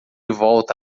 volta